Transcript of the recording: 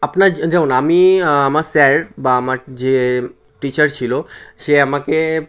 আপনার যেমন আমি আমার স্যার বা আমার যে টিচার ছিলো সে আমাকে